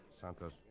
Santos